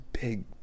big